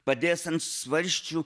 padės ant svarsčių